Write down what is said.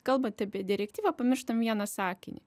kalbant apie direktyvą pamirštam vieną sakinį